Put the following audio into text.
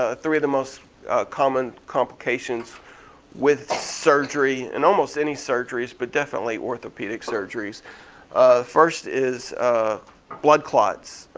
ah three of the most common complications with surgery, and almost any surgeries but definitely orthopedic surgeries. the first is blood clots,